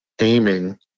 aiming